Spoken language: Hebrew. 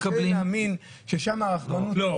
קשה לי להאמין ששם הרחמנות --- לא,